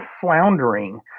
floundering